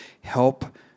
help